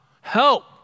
help